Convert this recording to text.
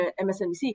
MSNBC